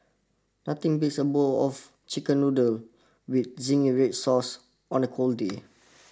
nothing beats a bowl of chicken noodle with zingy red sauce on a cold day